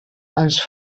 els